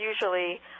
usually